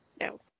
No